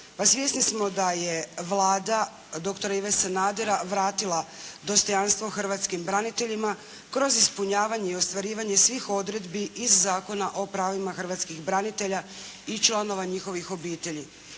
svjesni smo da je Vlada doktora Ive Sanadera vratila dostojanstvo hrvatskim braniteljima kroz ispunjavanje i ostvarivanje svih odredbi iz Zakona o pravima hrvatskih branitelja i članova njihovih obitelji.